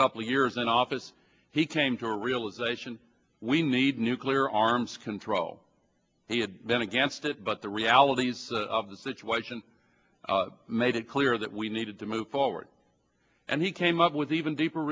couple of years in office he came to a realization we need nuclear arms control he had been against it but the realities of the situation made it clear that we needed to move forward and he came up with even deeper